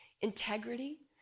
integrity